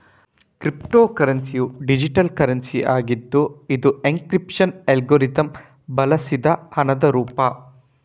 crypto ಕರೆನ್ಸಿಯು digital currency ಆಗಿದ್ದು ಇದು ಎನ್ಕ್ರಿಪ್ಶನ್ ಅಲ್ಗಾರಿದಮ್ ಬಳಸಿದ ಹಣದ ರೂಪ